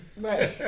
Right